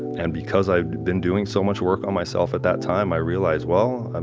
and because i'd been doing so much work on myself at that time, i realized, well,